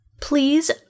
Please